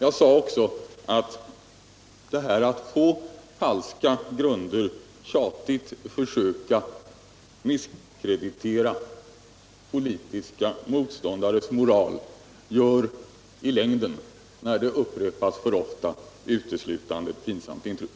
Jag sade också att det här att på falska grunder: tjatigt försöka misskreditera politiska motståndares moral gör i lingden, när det upprepas för ofta. uteslutande ett pinsamt intryck.